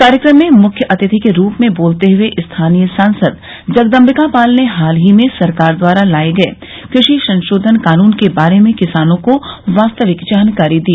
कार्यक्रम में मुख्य अतिथि के रूप में बोलते हुए स्थानीय सांसद जगदश्बिका पाल ने हाल ही में सरकार द्वारा लाये गये कृषि संशोधन कानून के बारे में किसानों को वास्तविक जानकारी दी